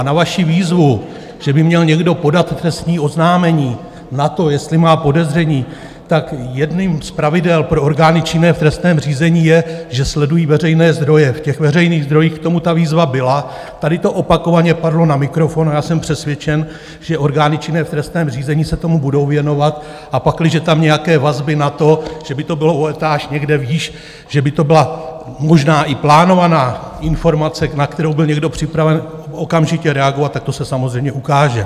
A na vaši výzvu, že by měl někdo podat trestní oznámení na to, jestli má podezření, tak jedním z pravidel pro orgány činné v trestním řízení je, že sledují veřejné zdroje, ve veřejných zdrojích k tomu ta výzva byla, tady to opakovaně padlo na mikrofon, a já jsem přesvědčen, že orgány činné v trestním řízení se tomu budou věnovat, a pakliže tam nějaké vazby na to, že by to bylo o etáž někde výš, že by to byla možná i plánovaná informace, na kterou byl někdo připraven okamžitě reagovat, tak to se samozřejmě ukáže.